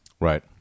Right